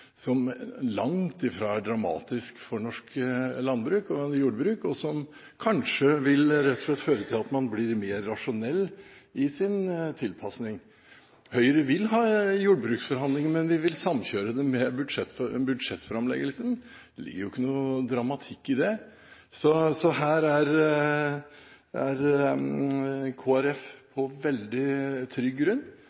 som langt fra er dramatisk for norsk landbruk og jordbruk, og som kanskje rett og slett vil føre til at man blir mer rasjonell i sin tilpasning. Høyre vil ha jordbruksforhandlinger, men vi vil samkjøre dem med budsjettframleggelsen. Det ligger jo ikke noen dramatikk i det. Så her er